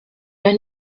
los